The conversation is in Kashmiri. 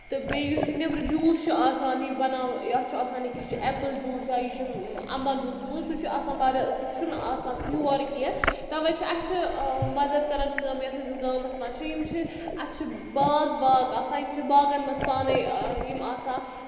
تہٕ بیٚیہِ یُس یہِ نیٚبرٕ جوٗس چھُ آسان یہِ بَناوان یَتھ چھُ آسان لٮ۪کھِتھ یہِ چھُ ایپٕل جوٗس یا یہِ چھُ اَمبَن ہُنٛد جوٗس سُہ چھُ آسان واریاہ سُہ چھُنہٕ آسان پیور کینٛہہ تَوَے چھِ اَسہِ چھِ مَدر کَران کٲم یا سٲنِس گامَس منٛز چھِ یِم چھِ اَتھ چھِ باغ باغ آسان یِم چھِ باغَن منٛز پانَے یِم آسان